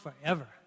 forever